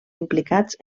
implicats